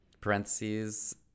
Parentheses